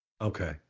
okay